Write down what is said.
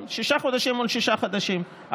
שישה חודשים מול שישה חודשים,